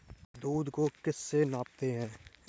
दूध को किस से मापते हैं?